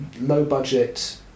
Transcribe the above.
low-budget